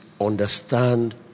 understand